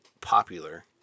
popular